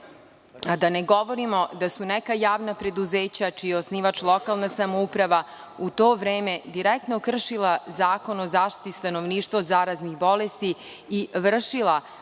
da ne govorimo da su neka javna preduzeća čiji je osnivač lokalna samouprava u to vreme direktno kršila Zakon o zaštiti stanovništva od zaraznih bolesti i vršila